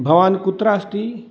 भवान् कुत्र अस्ति